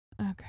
Okay